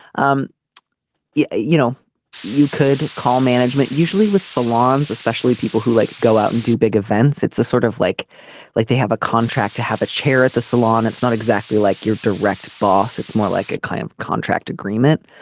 um you you know you could call management usually with salons especially people who like go out and do big events. it's sort of like like they have a contract to have a chair at the salon it's not exactly like your direct boss. it's more like a client contract agreement.